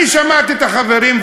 אני שמעתי את החברים,